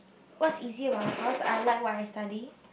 what's easy about my course I like what I study